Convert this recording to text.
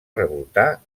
revoltar